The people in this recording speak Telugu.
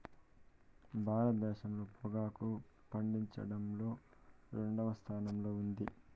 భారతదేశం పొగాకును పండించడంలో రెండవ స్థానంలో ఉంది